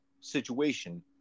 situation